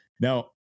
Now